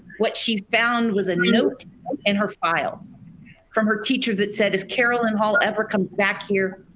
what she found was a note in her file from her teacher that said if carolyn hall ever come back here,